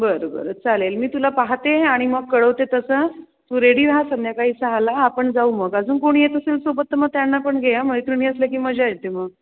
बरं बरं चालेल मी तुला पाहते आणि मग कळवते तसं तू रेडी राहा संध्याकाळी सहाला आपण जाऊ मग अजून कोणी येत असेल सोबत तर मग त्यांना पण घे हा मैत्रिणी असल्या की मजा येते मग